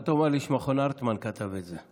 אל תאמר לי שמכון הרטמן כתב את זה.